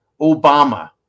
Obama